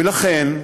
ולכן,